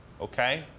okay